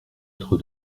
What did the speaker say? être